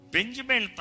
Benjamin